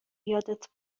یادت